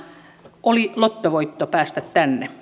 oli lottovoitto päästä tänne